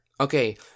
Okay